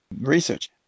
research